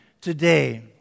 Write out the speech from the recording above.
today